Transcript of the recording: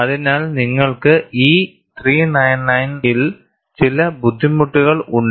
അതിനാൽ നിങ്ങൾക്ക് E 399 ൽ ചില ബുദ്ധിമുട്ടുകൾ ഉണ്ട്